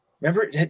Remember